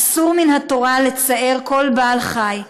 "אסור מן התורה לצער כל בעל-חי,